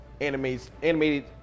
animated